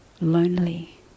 lonely